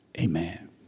Amen